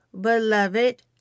beloved